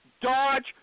Dodge